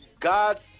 God